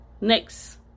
next